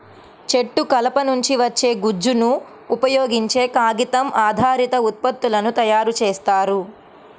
చెట్టు కలప నుంచి వచ్చే గుజ్జును ఉపయోగించే కాగితం ఆధారిత ఉత్పత్తులను తయారు చేస్తారు